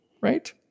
right